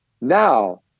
Now